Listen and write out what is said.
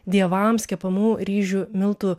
dievams kepamų ryžių miltų